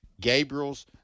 Gabriel's